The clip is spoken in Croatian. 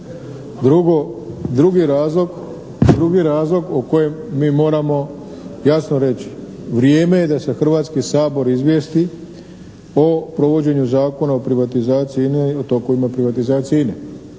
drugi razlog o kojem mi moramo jasno reći, vrijeme je da se Hrvatski sabor izvijesti o provođenju Zakona o privatizaciji INA-e i o tokovima privatizacije